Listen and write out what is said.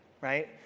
right